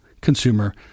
consumer